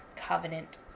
covenant